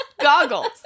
Goggles